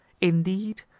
indeed